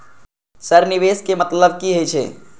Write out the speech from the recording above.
Sir निवेश के मतलब की हे छे?